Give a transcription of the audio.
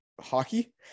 hockey